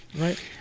Right